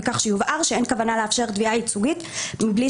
וכך שיובהר שאין כוונה לאפשר תביעה ייצוגית מבלי